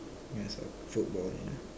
yes football we know